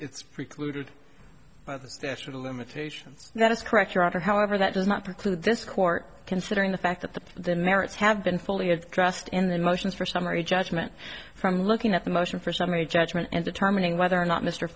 it's precluded by the statute of limitations that is correct your honor however that does not preclude this court considering the fact that the the merits have been fully addressed in the motions for summary judgment from looking at the motion for summary judgment and determining whether or not mr